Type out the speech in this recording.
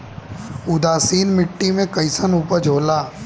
उदासीन मिट्टी में कईसन उपज होला?